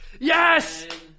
Yes